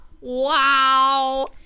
Wow